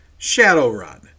Shadowrun